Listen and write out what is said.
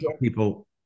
people